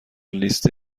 لیست